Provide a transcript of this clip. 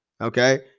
okay